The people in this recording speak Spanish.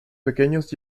pequeños